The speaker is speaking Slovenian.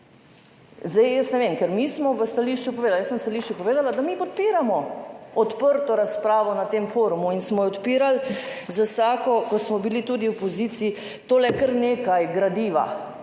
Zdaj jaz ne vem, ker mi smo v stališču povedali, jaz sem v stališču povedala, da mi podpiramo odprto razpravo na tem forumu in smo jo odpirali z vsako, ko smo bili tudi v opoziciji. Tole je kar nekaj gradiva